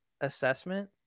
assessment